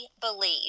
believe